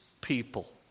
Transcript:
people